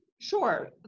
Sure